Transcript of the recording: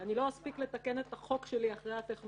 אני לא אספיק לתקן את החוק שלי אחרי הטכנולוגיה,